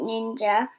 Ninja